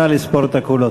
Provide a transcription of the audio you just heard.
נא לספור את הקולות.